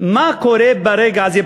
מה קורה ברגע הזה,